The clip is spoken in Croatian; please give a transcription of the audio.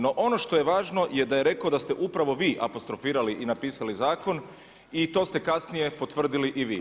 No ono što je važno je da je rekao da ste upravo vi apostrofirali i napisali zakon i to ste kasnije potvrdili i vi.